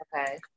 Okay